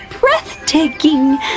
breathtaking